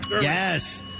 Yes